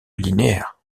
linéaires